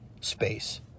space